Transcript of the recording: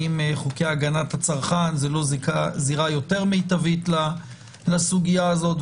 האם חוקי הגנת הצרכן הם לא הזירה היותר מיטבית לסוגיה הזאת,